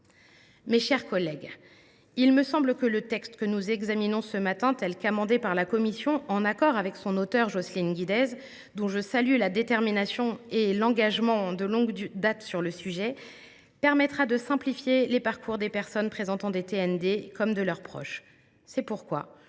Mes chers collègues, le texte que nous examinons ce matin, amendé par la commission en accord avec son auteure Jocelyne Guidez – je salue sa détermination et son engagement de longue date sur le sujet –, permettra, me semble t il, de simplifier les parcours des personnes présentant des TND, comme ceux de leurs proches. C’est pourquoi